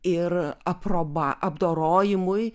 ir aproba apdorojimui